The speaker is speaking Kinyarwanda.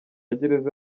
gereza